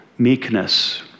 meekness